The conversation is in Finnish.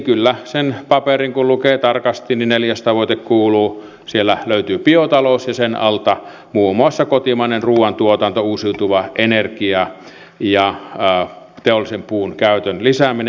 kyllä sen paperin kun lukee tarkasti niin neljäntenä tavoitteena löytyy biotalous ja sen alta muun muassa kotimainen ruoantuotanto uusiutuva energia ja teollisen puun käytön lisääminen